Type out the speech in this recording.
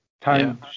Time